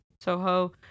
Soho